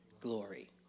glory